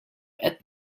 qed